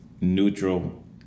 neutral